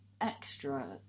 extra